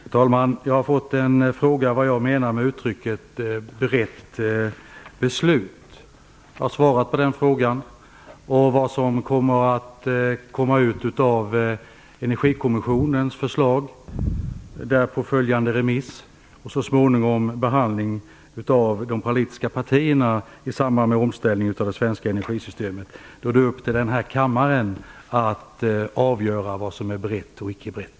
Fru talman! Jag har fått en fråga om vad jag menar med "ett brett beslut". Jag har svarat på den frågan. Beträffande vad som kommer ut av Energikommissionens förslag, den därpå följande remissen och, så småningom, de politiska partiernas behandling i samband med omställningen av det svenska energisystemet är det upp till denna kammare att avgöra vad som är brett och icke brett.